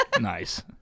Nice